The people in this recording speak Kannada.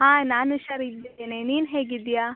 ಹಾಂ ನಾನು ಹುಷಾರಾಗಿದ್ದೇನೆ ನೀನು ಹೇಗಿದ್ದೀಯಾ